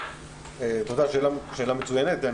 שאלה מצוינת.